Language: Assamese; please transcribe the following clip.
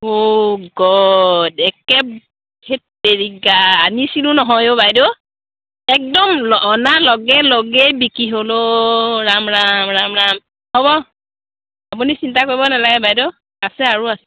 অ' গড একে ধেৎ তেৰিকা আনিছিলোঁ নহয় অ' বাইদেউ একদম ল অনা লগেলগেই বিকি হ'ল অ' ৰাম ৰাম ৰাম ৰাম হ'ব আপুনি চিন্তা কৰিব নেলাগে বাইদেউ আছে আৰু আছে